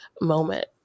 moment